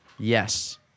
Yes